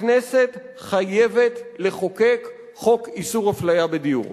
הכנסת חייבת לחוקק חוק איסור אפליה בדיור.